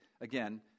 again